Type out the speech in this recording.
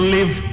Live